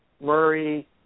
Murray